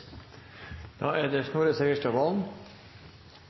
da er det